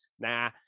nah